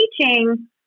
teaching